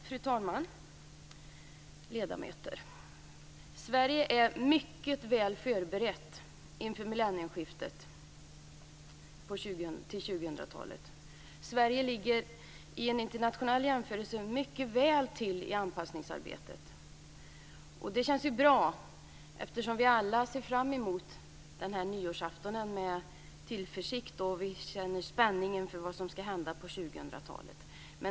Fru talman, ledamöter! Sverige är mycket väl förberett inför millennieskiftet till 2000-talet. Sverige ligger i en internationell jämförelse mycket väl till i anpassningsarbetet. Det känns bra, eftersom vi alla ser fram emot nyårsaftonen med tillförsikt och känner spänning inför vad som ska hända på 2000-talet.